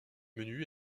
menus